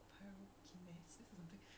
oh okay !wow!